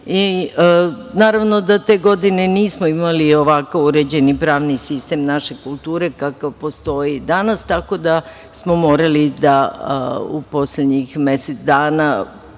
i naravno da te godine nismo imali ovako uređen pravni sistem naše kulture kakav postoji danas. Tako da smo morali da u poslednjih mesec dana